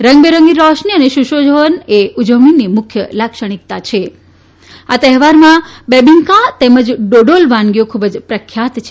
રંગબેરંગી રોશની અને સુશોભન એ ઉજવણીની મુખ્ય લાક્ષણિકતા છે આ તહેવારમાં બેબીન્કા તેમજ ડોડોલ વાનગીઓ ખૂબ જ પ્રખ્યાત છે